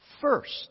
First